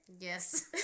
Yes